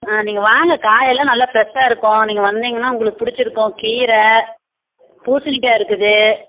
ஆ நீங்கள் வாங்க காய் எல்லாம் நல்ல ஃப்ரெஷ்ஷாக இருக்கும் நீங்கள் வந்தீங்கன்னா உங்களுக்கு பிடிச்சிருக்கும் கீரை பூசிணிக்காய் இருக்குது